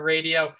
Radio